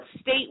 state